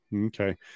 okay